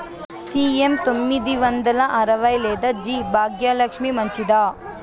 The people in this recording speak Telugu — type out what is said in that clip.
సి.ఎం తొమ్మిది వందల అరవై లేదా జి భాగ్యలక్ష్మి మంచిదా?